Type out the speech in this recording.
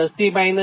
હવે Yj2 𝜋500